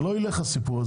זה לא ילך הסיפור הזה,